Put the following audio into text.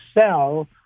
sell